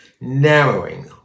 narrowing